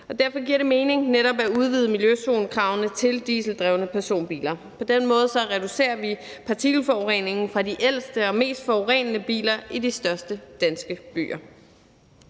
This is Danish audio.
Derfor giver det mening netop at udvide miljøzonekravene til at omfatte dieseldrevne personbiler. På den måde reducerer vi partikelforureningen fra de ældste og mest forurenende biler i de største danske byer.